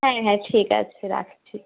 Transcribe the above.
হ্যাঁ হ্যাঁ ঠিক আছে রাখছি